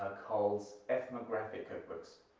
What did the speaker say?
called ethnographic cookbooks.